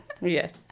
Yes